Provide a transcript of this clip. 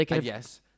yes